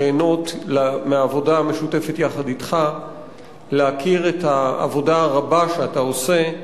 ליהנות מהעבודה המשותפת אתך ולהכיר את העבודה הרבה שאתה עושה,